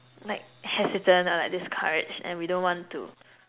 like hesitant or like discouraged and we don't want to